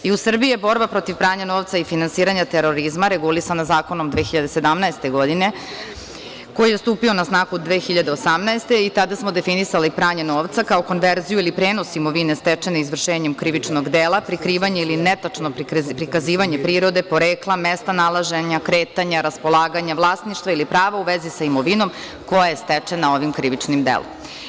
U Srbiji je borba protiv pranja novca i finansiranja terorizma regulisana zakonom 2017. godine, koji je stupio na snagu 2018. godine i tada smo definisali pranje novca kao konverziju ili prenos imovine stečene izvršenjem krivičnog dela, prikrivanje ili netačno prikazivanje prirode porekla, mesta nalaženja, kretanja raspolaganja, vlasništva ili prava u vezi sa imovinom koja je stečena ovim krivičnim delom.